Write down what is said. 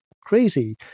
crazy